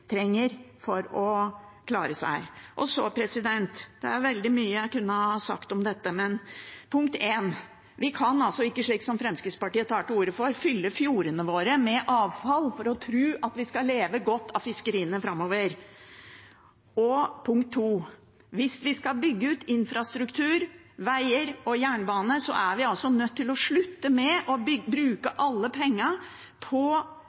Det er veldig mye jeg kunne ha sagt om dette, men punkt én: Vi kan altså ikke, slik Fremskrittspartiet tar til orde for, fylle fjordene våre med avfall og tro at vi skal leve godt av fiskeriene framover. Punkt to: Hvis vi skal bygge ut infrastruktur, veger og jernbane, er vi nødt til å slutte å bruke alle pengene på